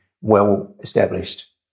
well-established